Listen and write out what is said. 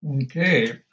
Okay